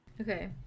Okay